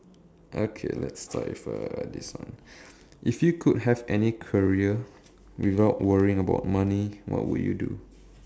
okay let's start with uh this one if you could have any career without worrying about money what would you do